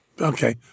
Okay